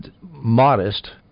modest